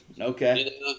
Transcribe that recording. Okay